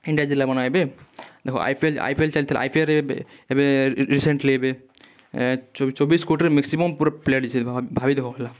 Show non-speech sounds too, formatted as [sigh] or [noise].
India ଜିତିଲା କ'ଣ ଏବେ ଦେଖ I P L I P L ଚାଲିଥିଲା ଆଇପିଏଲ୍ରେ ଏବେ ଏବେ ରିସେଣ୍ଟଲି ଏବେ ଚବିଶ୍ କୋଟିରେ ମ୍ୟାକ୍ସିମମ୍ ପୁରା ପ୍ଲେଟ୍ [unintelligible] ଭାବି ଦେଖ ହେଲା